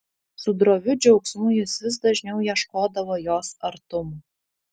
su droviu džiaugsmu jis vis dažniau ieškodavo jos artumo